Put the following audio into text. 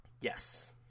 Yes